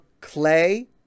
clay